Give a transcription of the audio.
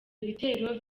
bitero